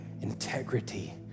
integrity